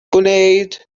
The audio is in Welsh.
gwneud